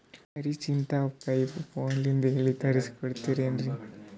ಆರಿಂಚಿನ ಪೈಪು ಫೋನಲಿಂದ ಹೇಳಿ ತರ್ಸ ಕೊಡ್ತಿರೇನ್ರಿ?